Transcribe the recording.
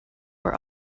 were